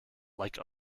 like